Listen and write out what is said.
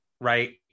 Right